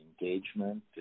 engagement